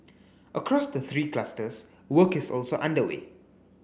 across the three clusters work is also underway